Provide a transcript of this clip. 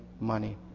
money